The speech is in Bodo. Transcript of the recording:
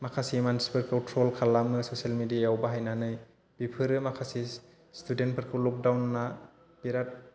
माखासे मानसिफोरखौ ट्रल खालाबो ससियेल मिडिया याव बाहायनानै बेफोरो माखासे स्टुडेन्टफोरखौ लकडाउना बिराद